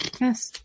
yes